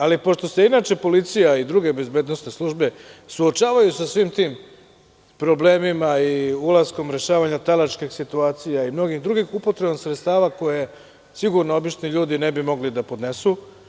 Ali, pošto se policija i druge bezbednosne službe suočavaju sa svim tim problemima i ulaskom rešavanja talačkih situacija i mnogih drugih upotrebom sredstava koje sigurno obični ljudi ne bi mogli da podnesu.